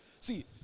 See